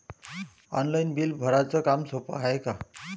Online bill भराच काम सोपं हाय का?